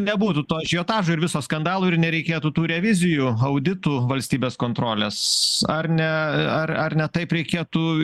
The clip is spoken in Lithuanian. nebūtų to ažiotažo ir viso skandalo ir nereikėtų tų revizijų auditų valstybės kontrolės ar ne ar ar ne taip reikėtų